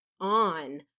on